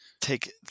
take